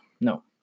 No